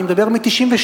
אני מדבר מ-1992,